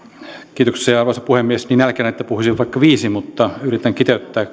kiitoksia arvoisa puhemies niin nälkäinen että puhuisin vaikka viisi minuuttia mutta yritän kiteyttää